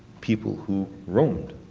people who roamed.